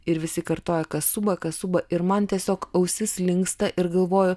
ir visi kartoja kasuba kasuba ir man tiesiog ausys linksta ir galvoju